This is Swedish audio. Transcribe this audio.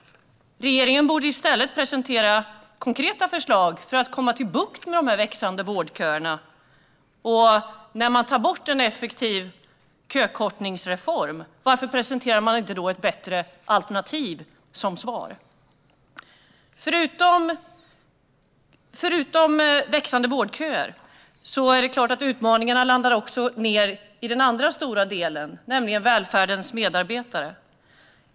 Regeringen borde i stället presentera konkreta förslag få att få bukt med de växande vårdköerna. När man tar bort en effektiv kökortningsreform - varför presenterar man då inte ett bättre alternativ som svar? Förutom växande vårdköer är det klart att utmaningarna landar i den andra stora delen, nämligen välfärdens medarbetare.